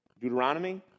Deuteronomy